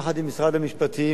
יחד עם משרד המשפטים,